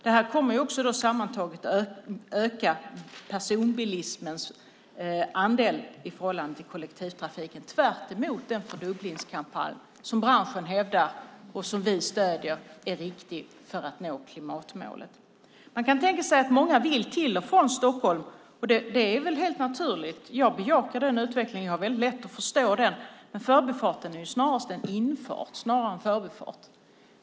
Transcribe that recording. Det här kommer sammantaget att öka personbilismens andel i förhållande till kollektivtrafiken tvärtemot den fördubblingskampanj som branschen hävdar, som vi stöder, är viktig för att nå klimatmålet. Man kan tänka sig att många vill ta sig till och från Stockholm, och det är väl helt naturligt. Jag bejakar den utvecklingen och har lätt att förstå den. Men förbifarten är ju snarare en infart än en förbifart.